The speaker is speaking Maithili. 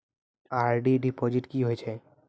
आर.डी डिपॉजिट की होय छै?